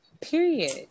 Period